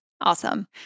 awesome